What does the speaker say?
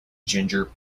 ginger